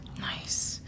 Nice